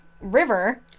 river